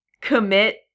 commit